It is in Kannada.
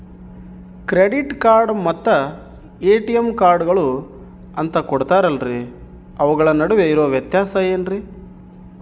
ಕ್ರೆಡಿಟ್ ಕಾರ್ಡ್ ಮತ್ತ ಎ.ಟಿ.ಎಂ ಕಾರ್ಡುಗಳು ಅಂತಾ ಕೊಡುತ್ತಾರಲ್ರಿ ಅವುಗಳ ನಡುವೆ ಇರೋ ವ್ಯತ್ಯಾಸ ಏನ್ರಿ?